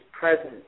present